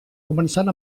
començant